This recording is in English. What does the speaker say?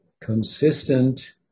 consistent